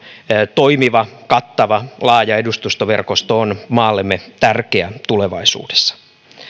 toimiva kattava laaja edustustoverkosto on maallemme tärkeä tulevaisuudessa